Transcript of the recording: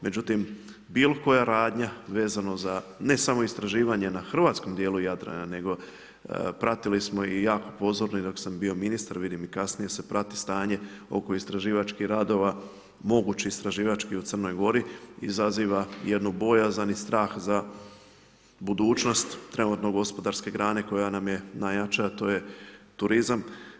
Međutim bilo koja radnja vezano ne samo istraživanje na hrvatskom dijelu Jadrana nego pratili smo jako pozorno dok sam bio ministar, vidim i kasnije se prati stanje oko istraživačkih radova, mogući istraživačkih u Crnoj Gori izaziva jednu bojazan i strah za budućnost trenutno gospodarske grane koja nam je najjača, a to je turizam.